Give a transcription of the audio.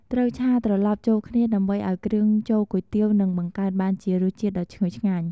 ត្រូវឆា ត្រឡប់ចូលគ្នាដើម្បីឱ្យគ្រឿងចូលគុយទាវនិងបង្កើតបានជារសជាតិដ៏ឈ្ងុយឆ្ងាញ់។